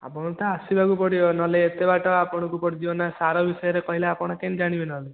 ଆପଣଙ୍କୁ ତ ଆସିବାକୁ ପଡ଼ିବ ନହଲେ ଏତେ ବାଟ ଆପଣଙ୍କୁ ପଡ଼ଯିବ ନାଁ ସାର ବିଷୟରେ କହିଲେ ଆପଣ କେମିତି ଜାଣିବେ ନହଲେ